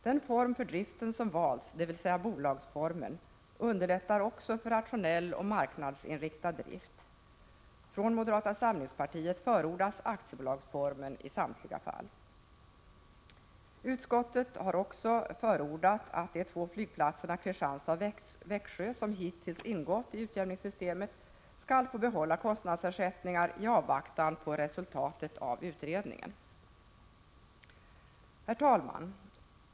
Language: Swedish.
Den form för driften som valts, dvs. bolagsformen, underlättar en rationell och marknadsinriktad drift. Från moderata samlingspartiet förordas aktiebolagsformen i samtliga fall. Utskottet har vidare förordat att de två flygplatserna, Kristianstad och Växjö, som hittills ingått i utjämningssystemet skall få behålla kostnadsersättning i avvaktan på resultatet av utredningen. Herr talman!